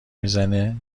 میزنه